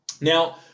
Now